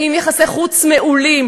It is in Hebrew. וביחסי חוץ תקניים,